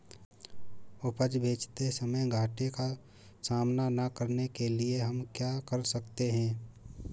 उपज बेचते समय घाटे का सामना न करने के लिए हम क्या कर सकते हैं?